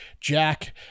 Jack